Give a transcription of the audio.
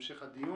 בהמשך הדיון.